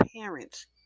parents